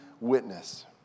witness